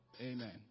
Amen